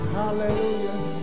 hallelujah